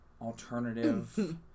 alternative